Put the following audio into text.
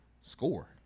Score